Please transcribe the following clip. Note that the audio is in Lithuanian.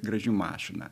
graži mašina